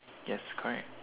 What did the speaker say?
yes correct